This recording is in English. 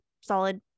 solid